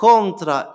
Contra